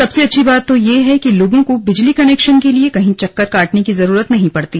सबसे अच्छी बात तो ये है कि लोगों को बिजली कनेक्शन के लिए कहीं चक्कर काटने की जरूरत नही पड़ती